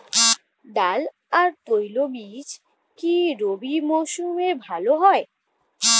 ডাল আর তৈলবীজ কি রবি মরশুমে ভালো হয়?